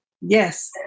Yes